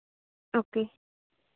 okay